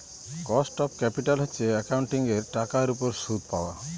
cost of capital হচ্ছে একাউন্টিঙের টাকার উপর সুদ পাওয়া